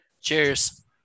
cheers